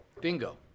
bingo